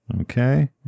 Okay